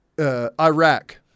Iraq